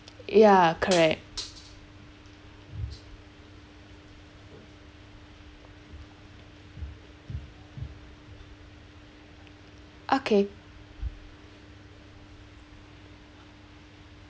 ya correct okay okay